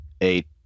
eight